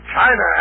China